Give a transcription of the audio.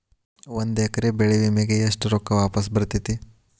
ಒಂದು ಎಕರೆ ಬೆಳೆ ವಿಮೆಗೆ ಎಷ್ಟ ರೊಕ್ಕ ವಾಪಸ್ ಬರತೇತಿ?